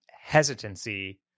hesitancy